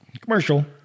commercial